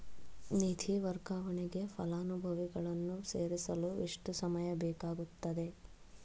ನಿಧಿ ವರ್ಗಾವಣೆಗೆ ಫಲಾನುಭವಿಗಳನ್ನು ಸೇರಿಸಲು ಎಷ್ಟು ಸಮಯ ಬೇಕಾಗುತ್ತದೆ?